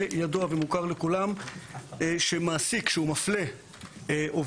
ידוע ומוכר לכולם שמעסיק שהוא מפלה עובד,